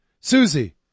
Susie